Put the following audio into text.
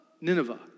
Nineveh